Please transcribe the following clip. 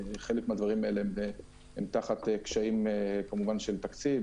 חלק מהדברים האלה הם תחת קשיים של תקציב,